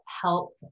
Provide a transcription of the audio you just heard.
help